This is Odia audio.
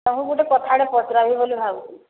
ତୁମକୁ ଗୁଟେ କଥାଟେ ପଚରାବି ବୋଲି ଭାବୁଛି